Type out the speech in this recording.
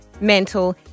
mental